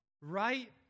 right